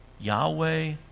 Yahweh